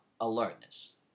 alertness